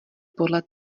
podle